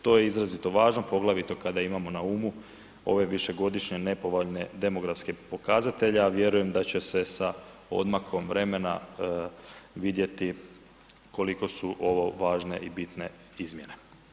To je izrazito važno poglavito kada imamo na umu ove višegodišnje nepovoljne demografske pokazatelje, a vjerujem da će se sa odmakom vremena vidjeti koliko su ovo važne i bitne izmjene.